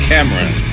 Cameron